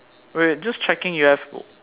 wait wait just checking you have